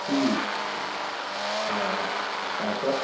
কি তাৰ পিছত